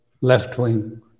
left-wing